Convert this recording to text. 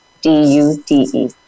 D-U-D-E